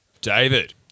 David